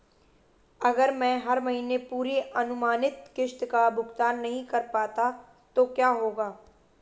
अगर मैं हर महीने पूरी अनुमानित किश्त का भुगतान नहीं कर पाता तो क्या होगा?